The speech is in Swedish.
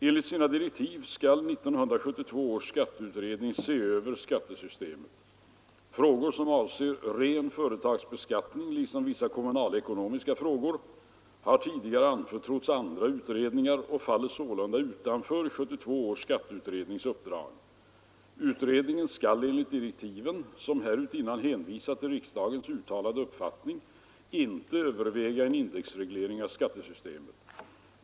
Enligt sina direktiv skall 1972 års skatteutredning se över skattesystemet. Frågor som avser ren företagsbeskattning liksom vissa kommunalekonomiska frågor har tidigare anförtrotts andra utredningar och faller sålunda utanför 1972 års skatteutrednings uppdrag. Utredningen skall enligt direktiven, som härutinnan hänvisar till riksdagens uttalade uppfattning, inte överväga en indexreglering av skattesystemet.